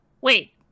Wait